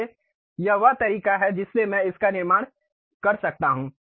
इसलिए यह वह तरीका है जिससे मैं इसका निर्माण कर सकता हूं